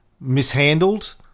mishandled